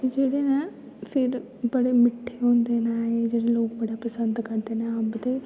जेह्ड़े न फिर बड़े मिट्ठे होंदे न एह् जेह्ड़े लोग बड़ा पसंद करदे न अम्ब ते